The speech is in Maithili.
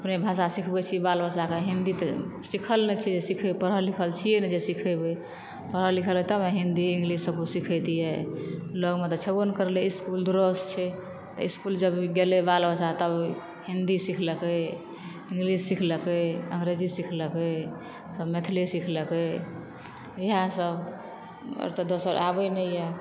अपने भाषा सीखबै छी बाल बच्चा के हिन्दी त सीखल नहि छै से सीखेबै पढ़ल लिखल तऽ छियै नहि जे हिंदी सीखेबै पढ़ल लिखल तब नहि हिन्दी इंग्लिश सब किछु सीखेतिए लगमे तऽ छेबो नहि करलै इसकुल दूर सॅं छै इसकुल जब गेलै बाल बच्चा तब हिन्दी सीखलकै इंग्लिश सीखलकै अंग्रेज़ी सीखलकै सब मैथिली सीखलकै इएह सब आओर त दोसर आबै नहि यऽ